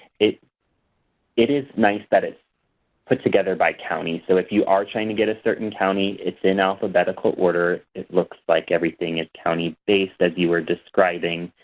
it it is nice that it's put together by county. so, if you are trying to get a certain county, it's in alphabetical order it looks like everything is county-based, as you were describing.